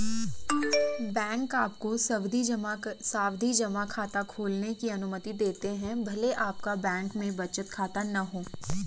bank आपको सावधि जमा खाता खोलने की अनुमति देते हैं भले आपका बैंक में बचत खाता न हो